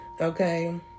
okay